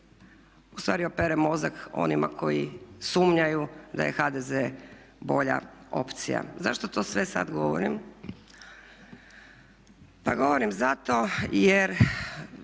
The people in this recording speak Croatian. ustvari opere mozak onima koji sumnjaju da je HDZ bolja opcija. Zašto to sve sada govorim? Pa govorim zato jer